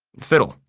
fiddle.